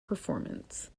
performance